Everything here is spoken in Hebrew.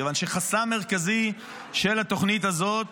כיוון שחסם מרכזי של התוכנית הזאת